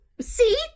See